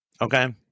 Okay